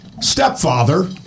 stepfather